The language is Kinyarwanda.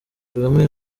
kagame